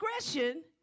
discretion